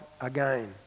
again